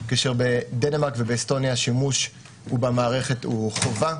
כאשר בדנמרק ובאסטוניה השימוש במערכת הוא חובה,